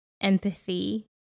empathy